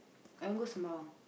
I want go Sembawang